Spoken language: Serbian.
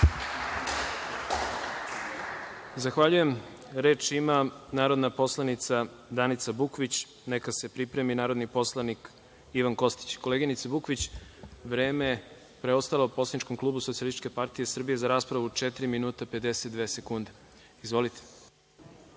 Zahvaljujem. Reč ima narodna poslanica Danica Bukvić. Neka se pripremi narodni poslanik Ivan Kostić. Koleginice Bukvić, vreme preostalo poslaničkom klubu SPS za raspravu je četiri minuta 52 sekunde. Izvolite.